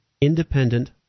independent